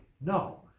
no